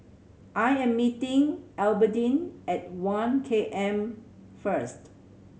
I am meeting Albertine at One K M first